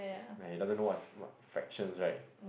when he doesn't know what is what fractions right